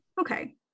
Okay